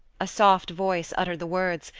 a soft voice uttered the words,